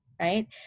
Right